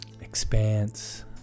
expanse